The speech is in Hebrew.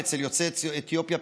ואצל יוצאי אתיופיה,